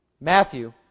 Matthew